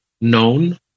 known